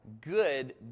good